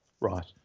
Right